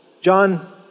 John